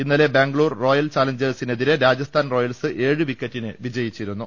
ഇന്നലെ ബാംഗ്ലൂർ റോയൽ ചാലഞ്ചേഴ്സിന് എതിരെ രാജസ്ഥാൻ റോയൽസ് ഏഴ് വിക്കറ്റിന് വിജയിച്ചിരുന്നു